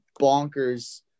bonkers